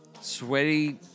sweaty